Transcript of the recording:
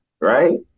right